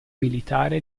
militare